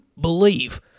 believe